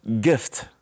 gift